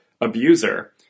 abuser